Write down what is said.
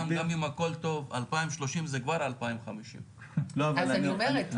גם אם הכל טוב 2030 זה כבר 2050. אז אני אומרת,